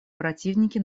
противники